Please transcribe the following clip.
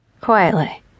Quietly